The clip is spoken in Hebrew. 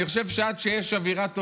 אני חושב שעד שיש אווירה טובה,